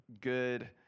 good